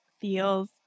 feels